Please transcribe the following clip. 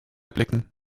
blicken